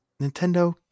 Nintendo